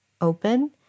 open